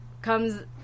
comes